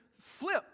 flip